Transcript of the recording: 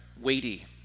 weighty